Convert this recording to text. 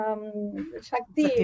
Shakti